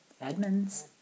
Edmonds